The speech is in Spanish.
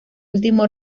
último